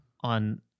on